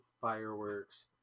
fireworks